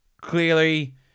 clearly